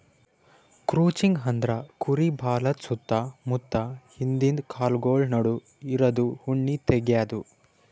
crutching ಅಂದ್ರ ಕುರಿ ಬಾಲದ್ ಸುತ್ತ ಮುತ್ತ ಹಿಂದಿಂದ ಕಾಲ್ಗೊಳ್ ನಡು ಇರದು ಉಣ್ಣಿ ತೆಗ್ಯದು